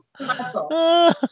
muscle